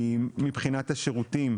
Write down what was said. מבחינת השירותים,